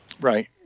Right